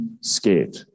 scared